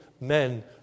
men